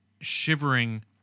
shivering